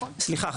סליחה,